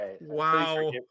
Wow